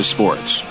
Sports